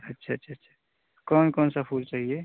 अच्छा अच्छा अच्छा कौन कौन सा फूल चाहिए